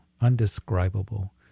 undescribable